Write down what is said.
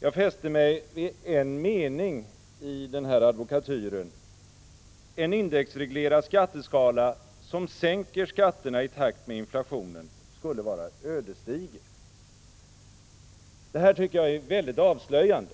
Jag fäste mig vid en mening i denna advokatyr: En indexreglerad skatteskala som sänker skatterna i takt med inflationen skulle vara ödesdiger. Det här tycker jag är väldigt avslöjande.